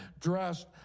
dressed